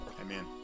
Amen